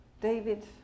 David